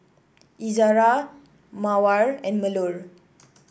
Izara Mawar and Melur